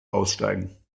aussteigen